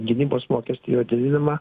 gynybos mokestį jo didinimą